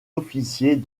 officiers